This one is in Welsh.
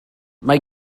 mae